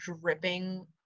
dripping